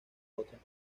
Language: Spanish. otras